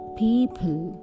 people